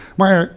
Maar